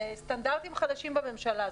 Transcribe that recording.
סטנדרטים חדשים בממשלה הזאת.